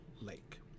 lake